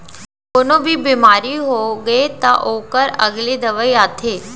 कोनो भी बेमारी होगे त ओखर अलगे दवई आथे